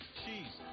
cheese